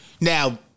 Now